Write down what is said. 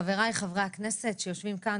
חבריי חברי הכנסת שיושבים כאן,